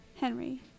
Henry